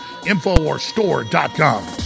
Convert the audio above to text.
Infowarsstore.com